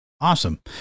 Awesome